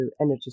energy